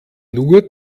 nur